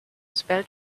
spell